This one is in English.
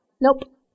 nope